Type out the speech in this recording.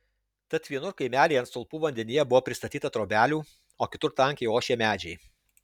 tad vienur kaimelyje ant stulpų vandenyje buvo pristatyta trobelių o kitur tankiai ošė medžiai